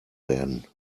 werden